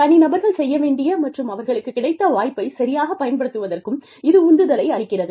தனிநபர்கள் செய்ய வேண்டிய மற்றும் அவர்களுக்குக் கிடைத்த வாய்ப்பை சரியாகப் பயன்படுத்துவதற்கும் இது உந்துதலை அளிக்கிறது